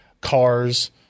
cars